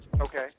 Okay